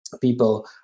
people